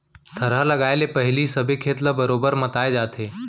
थरहा लगाए ले पहिली सबे खेत ल बरोबर मताए जाथे